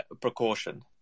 precaution